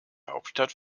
hauptstadt